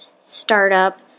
startup